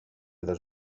dos